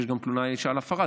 שיש גם תלונה של אישה על הפרה.